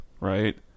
right